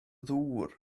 ddŵr